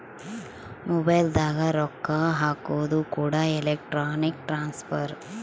mobile ದಾಗ ರೊಕ್ಕ ಹಾಕೋದು ಕೂಡ ಎಲೆಕ್ಟ್ರಾನಿಕ್ ಟ್ರಾನ್ಸ್ಫರ್